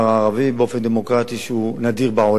באופן דמוקרטי שהוא נדיר בעולם כולו.